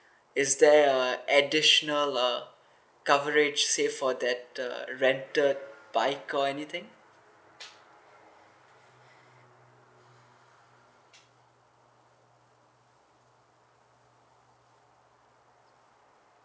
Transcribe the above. is there a additional uh coverage say for that uh rental bike or anything